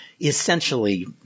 essentially